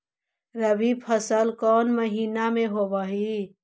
रबी फसल कोन महिना में होब हई?